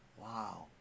Wow